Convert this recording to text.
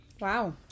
Wow